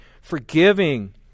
forgiving